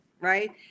right